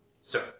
sir